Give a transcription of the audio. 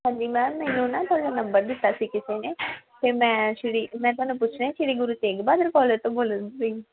ਹਾਂਜੀ ਮੈਮ ਮੈਨੂੰ ਨਾ ਤੁਹਾਡਾ ਨੰਬਰ ਦਿੱਤਾ ਸੀ ਕਿਸੇ ਨੇ ਅਤੇ ਮੈਂ ਸ਼੍ਰੀ ਮੈਂ ਤੁਹਾਨੂੰ ਪੁੱਛਣਾ ਸ਼੍ਰੀ ਗੁਰੂ ਤੇਗ ਬਹਾਦਰ ਕੋਲੇਜ ਤੋਂ ਬੋਲਣ ਦੇ ਤੁਸੀਂ